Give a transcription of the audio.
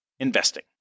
investing